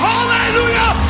Hallelujah